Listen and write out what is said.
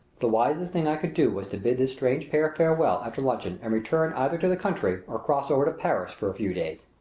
the wisest thing i could do was to bid this strange pair farewell after luncheon and return either to the country or cross over to paris for a few days.